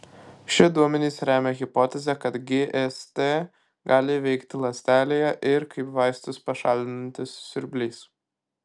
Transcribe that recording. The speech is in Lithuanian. šie duomenys remia hipotezę kad gst gali veikti ląstelėje ir kaip vaistus pašalinantis siurblys